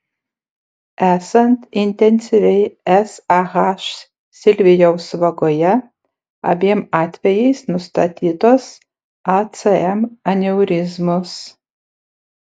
esant intensyviai sah silvijaus vagoje abiem atvejais nustatytos acm aneurizmos